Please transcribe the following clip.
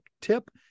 tip